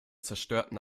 zerstörten